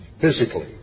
Physically